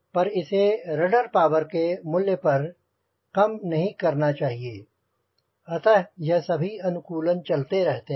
पर इसे rudder power के मूल्य पर कम नहीं करना चाहिए अतः यह सभी अनुकूलन चलते रहते हैं